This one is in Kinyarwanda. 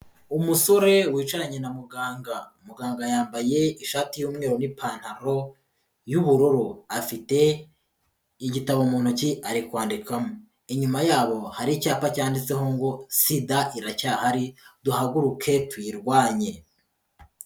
Umusore wicaranye na muganga, muganga yambaye ishati y'umweru n'ipantaro y'ubururu, afite igitabo mu ntoki ari kwandikamo, inyuma yabo hari icyapa cyanditseho ngo: " Sida iracyahari duhaguruke tuyirwanye."